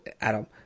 Adam